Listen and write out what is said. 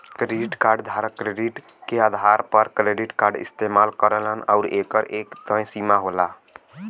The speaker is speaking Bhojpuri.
क्रेडिट कार्ड धारक क्रेडिट के आधार पर क्रेडिट कार्ड इस्तेमाल करलन आउर एकर एक तय सीमा होला